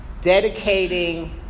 dedicating